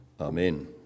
Amen